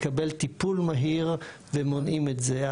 מקבל טיפול מהיר ומונעים את זה.